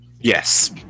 Yes